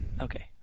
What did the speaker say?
Okay